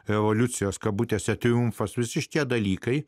evoliucijos kabutėse triumfas visi šie dalykai